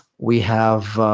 we have